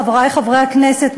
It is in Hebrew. חברי חברי הכנסת,